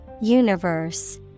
Universe